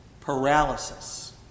paralysis